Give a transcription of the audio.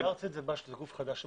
הוועדה הארצית זה גוף חדש שהוקם?